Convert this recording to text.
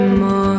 more